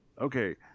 okay